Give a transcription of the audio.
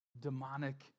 Demonic